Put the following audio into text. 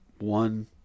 one